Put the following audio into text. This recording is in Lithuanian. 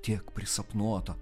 tiek prisapnuota